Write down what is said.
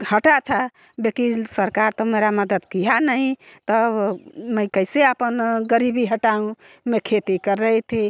हटा था बल्कि सरकार तो मेरा मदद किया नहीं तब मैं कैसे अपन गरीबी हटाऊँ मैं खेती कर रही थी